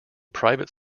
private